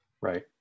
right